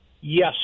Yes